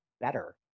better